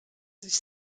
sich